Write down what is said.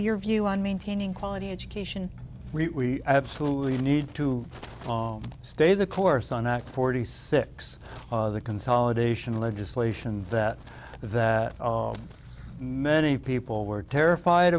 your view on maintaining quality education we absolutely need to stay the course on ak forty six of the consolidation legislation that that many people were terrified